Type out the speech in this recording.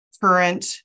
current